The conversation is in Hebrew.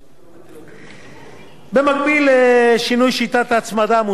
במקביל לשינוי שיטת ההצמדה מוצע להעניק לגמלאים שפרשו